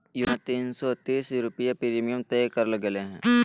योजना तीन सो तीस रुपये प्रीमियम तय करल गेले हइ